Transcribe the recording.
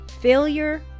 failure